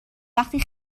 وقتی